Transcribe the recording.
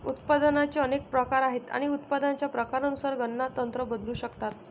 उत्पादनाचे अनेक प्रकार आहेत आणि उत्पादनाच्या प्रकारानुसार गणना तंत्र बदलू शकतात